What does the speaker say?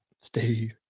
Steve